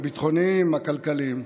הביטחוניים והכלכליים?